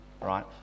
right